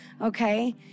okay